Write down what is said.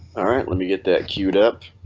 let me get that queued up